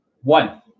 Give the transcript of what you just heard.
One